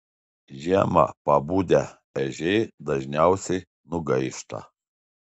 žiemą pabudę ežiai dažniausiai nugaišta